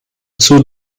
two